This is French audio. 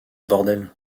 bordel